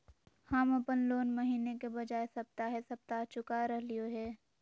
हम अप्पन लोन महीने के बजाय सप्ताहे सप्ताह चुका रहलिओ हें